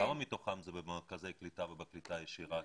כמה מתוכם זה במרכזי קליטה ובקליטה ישירה?